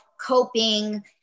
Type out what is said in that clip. coping